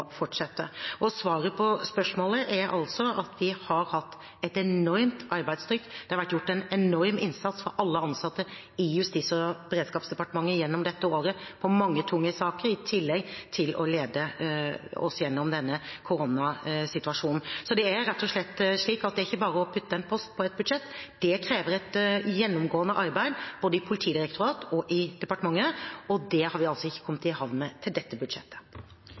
fortsette. Svaret på spørsmålet er altså at vi har hatt et enormt arbeidstrykk. Det har vært gjort en enorm innsats av alle ansatte i Justis- og beredskapsdepartementet gjennom dette året på mange tunge saker, i tillegg til å lede oss gjennom denne koronasituasjonen. Så det er rett og slett slik at det er ikke bare å putte en post på et budsjett. Det krever et gjennomgående arbeid både i Politidirektoratet og i departementet, og det har vi altså ikke kommet i havn med til dette budsjettet.